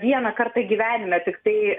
vieną kartą gyvenime tiktai